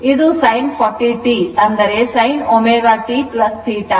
ಇದು sin 40 t ಅಂದರೆ sin ω t θ